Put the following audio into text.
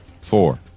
four